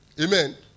amen